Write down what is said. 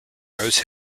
rose